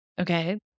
Okay